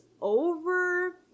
over